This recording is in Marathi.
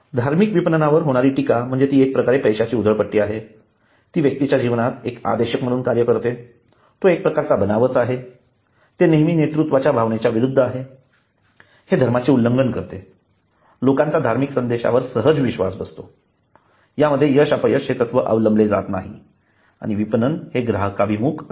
धार्मिक विपणनावर होणारी टीका म्हणजे ती एक प्रकारे पैशाची उधळपट्टी आहे ती व्यक्तीच्या जीवनात एक आदेशक म्हणून काम करते तो एकप्रकारचा बनाव आहे ते नेतृत्वाच्या भावनेच्या विरुद्ध आहे हे धर्माचे उल्लंघन करते लोकांचा धार्मिक संदेशावर सहज विश्वास बसतो यामध्ये यश अपयश हे तत्त्व आवलंबिले जाते आणि हे विपणन ग्राहकाभिमुख असते